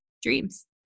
dreams